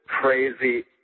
crazy